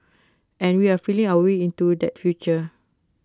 and we're feeling our way into that future